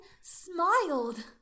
Smiled